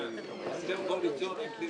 הסדר קואליציוני.